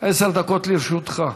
עשר דקות לרשותך.